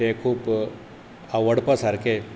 ते खूब आवडपा सारके